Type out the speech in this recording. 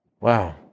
Wow